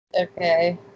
Okay